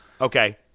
Okay